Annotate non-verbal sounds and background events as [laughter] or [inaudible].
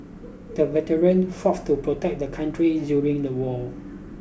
the veteran [unintelligible] to protect the country during the war